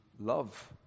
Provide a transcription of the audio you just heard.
love